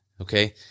okay